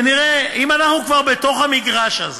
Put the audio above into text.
ונראה, אם אנחנו כבר בתוך המגרש הזה,